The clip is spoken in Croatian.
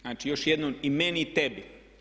Znači još jednom i "meni" i "tebi"